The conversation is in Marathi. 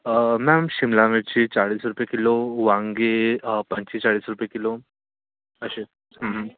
मॅम शिमला मिरची चाळीस रुपये किलो वांगे पंचेचाळीस रुपये किलो असे आहेत